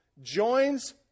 joins